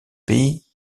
pays